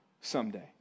someday